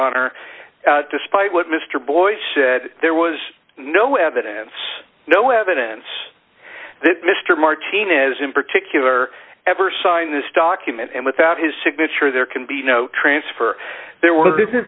honor despite what mr boies said there was no evidence no evidence that mr martinez in particular ever signed this document and without his signature there can be no transfer there were